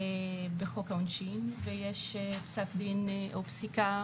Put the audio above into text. בחוק העונשין ויש פסק דין או פסיקה